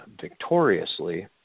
victoriously